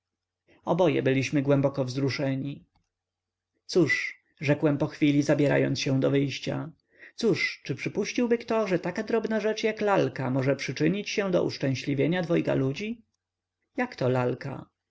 oboje byliśmy głęboko wzruszeni cóż rzekłem pochwili zabierając się do wyjścia cóż czy przypuściłby kto że taka drobna rzecz jak lalka może przyczynić się do uszczęśliwienia dwojga ludzi jakto lalka